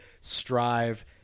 strive